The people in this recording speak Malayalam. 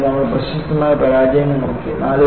പിന്നീട് നമ്മൾ പ്രശസ്തമായ പരാജയങ്ങൾ നോക്കി